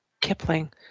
Kipling